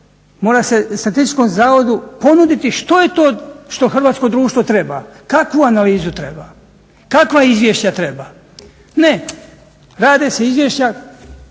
Mora se Statističkom zavodu ponuditi što je to što hrvatsko društvo treba, kakvu analizu treba, kakva izvješća treba. Ne, rade se izvješća